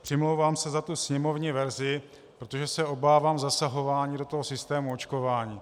Přimlouvám se za tu sněmovní verzi, protože se obávám zasahování do systému očkování.